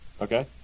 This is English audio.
Okay